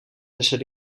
tussen